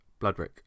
Bloodrick